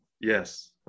Yes